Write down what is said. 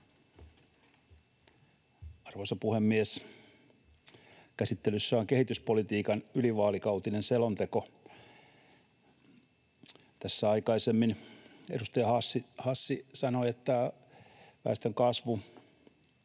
Arvoisa puhemies! Käsittelyssä on kehityspolitiikan ylivaalikautinen selonteko. Tässä aikaisemmin edustaja Hassi sanoi, että väestönkasvu